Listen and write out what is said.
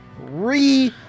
re